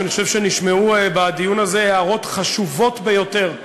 אני חושב שנשמענו בדיון הזה הערות חשובות ביותר,